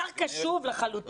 השר קשוב לחלוטין.